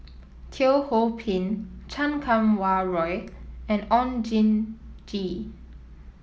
Teo Ho Pin Chan Kum Wah Roy and Oon Jin Gee